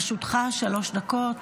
לרשותך שלוש דקות.